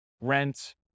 rent